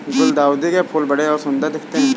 गुलदाउदी के फूल बड़े और सुंदर दिखते है